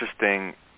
interesting